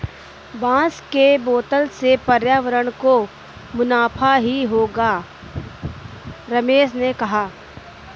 बांस के बोतल से पर्यावरण को मुनाफा ही होगा रमेश ने कहा